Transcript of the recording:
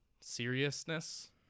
seriousness